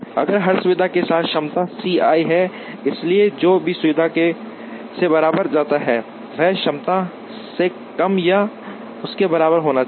अब हर सुविधा के साथ क्षमता C i है इसलिए जो भी सुविधा से बाहर जाता है वह क्षमता से कम या उसके बराबर होना चाहिए